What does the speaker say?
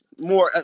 more